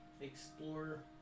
explore